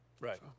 Right